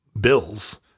bills